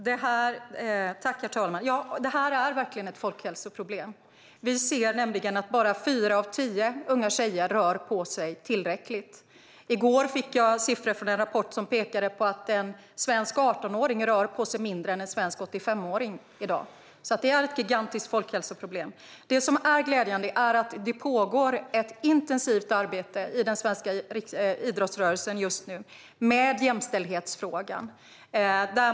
Herr talman! Detta är verkligen ett folkhälsoproblem. Vi ser nämligen att bara fyra av tio unga tjejer rör på sig tillräckligt. I går fick jag en rapport med siffror som pekade på att en svensk 18-åring rör mindre på sig i dag än en svensk 85-åring. Det här är alltså ett gigantiskt folkhälsoproblem. Glädjande är dock att ett intensivt arbete med jämställdhetsfrågan just nu pågår i den svenska idrottsrörelsen.